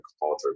culture